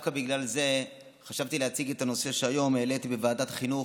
ודווקא בגלל זה חשבתי להציג את הנושא שהיום העליתי בוועדת חינוך,